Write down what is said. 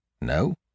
No